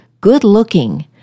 good-looking